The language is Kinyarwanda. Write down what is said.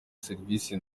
serivisi